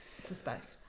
suspect